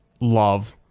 love